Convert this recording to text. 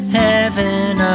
heaven